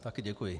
Taky děkuji.